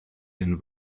den